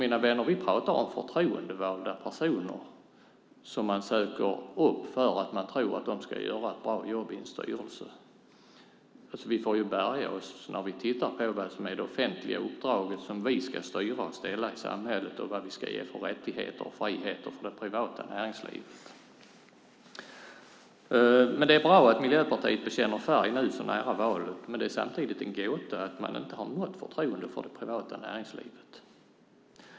Mina vänner, vi pratar om förtroendevalda personer som söks upp för att de antas kunna göra ett bra jobb i en styrelse. Vi får bärga oss när vi tittar på vad som är det offentliga uppdrag vi har att styra och ställa i samhället och vad vi ska ge för rättigheter och friheter till det privata näringslivet. Det är bra att Miljöpartiet bekänner färg nu så nära valet, men det är samtidigt en gåta att de inte har något förtroende för det privata näringslivet.